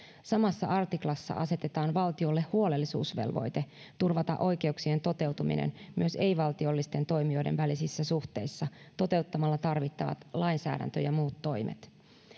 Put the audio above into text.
samassa artiklassa asetetaan valtioille huolellisuusvelvoite turvata oikeuksien toteutuminen myös ei valtiollisten toimijoiden välisissä suhteissa toteuttamalla tarvittavat lainsäädäntö ja muut toimet